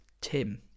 Tim